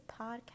podcast